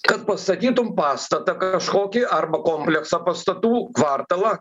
kad pastatytum pastatą kažkokį arba kompleksą pastatų kvartalą